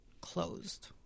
closed